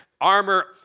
armor